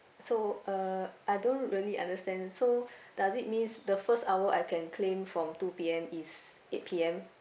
so uh I don't really understand so does it means the first hour I can claim from two P_M is eight P_M